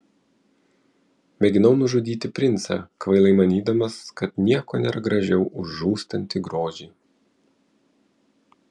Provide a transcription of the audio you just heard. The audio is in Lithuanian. mėginau nužudyti princą kvailai manydamas kad nieko nėra gražiau už žūstantį grožį